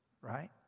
right